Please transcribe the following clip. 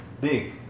big